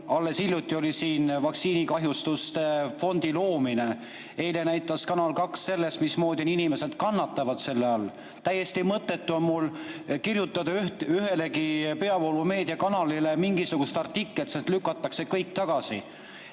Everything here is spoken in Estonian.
Alles hiljuti oli siin vaktsiinikahjustuste fondi loomine. Eile näitas Kanal 2, mismoodi inimesed kannatavad selle all. Täiesti mõttetu on mul kirjutada ühelegi peavoolumeedia kanalile mingisugust artiklit, sealt lükatakse kõik tagasi.